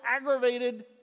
aggravated